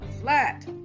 Flat